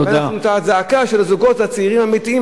ואנחנו את הזעקה של הזוגות הצעירים האמיתיים,